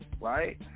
Right